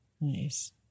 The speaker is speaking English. Nice